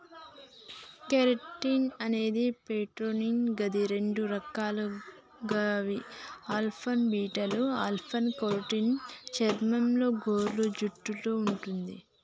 keratin అనేది protein గది రెండు రకాలు గవి ఆల్ఫా, బీటాలు ఆల్ఫ కెరోటిన్ చర్మంలో, గోర్లు, జుట్టులో వుంటది